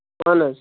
اَہن حظ